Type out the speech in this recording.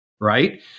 right